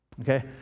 Okay